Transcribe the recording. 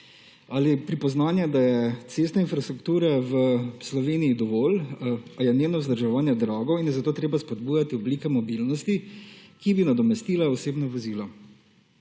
Ali je pripoznanje, da je cestne infrastrukture v Sloveniji dovolj, a je njeno vzdrževanje drago in je zato treba spodbujati oblike mobilnosti, ki bi nadomestila osebna vozila.